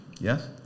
Yes